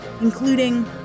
including